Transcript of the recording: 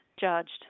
judged